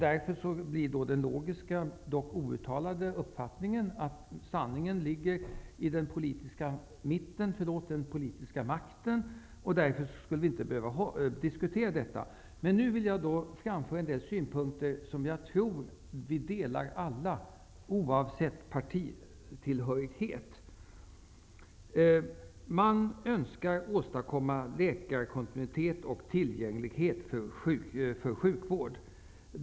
Därför blir den logiska men outtalade uppfattningen att sanningen ligger i den politiska mitten -- förlåt, den politiska makten -- och att frågan därför inte behöver diskuteras. Jag vill nu framföra en del synpunkter som jag tror delas av alla, oavsett partitillhörighet. Man önskar åstadkomma läkarkontinuitet och tillgänglighet för sjukvården.